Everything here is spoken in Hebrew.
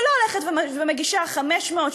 ולא הולכת ומגישה 500,